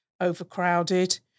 overcrowded